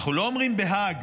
אנחנו לא אומרים בהאג